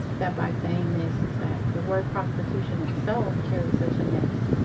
that by saying this is that the word prostitution itself carries such a negative,